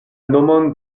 nomon